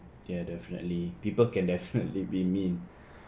ya definitely people can definitely be mean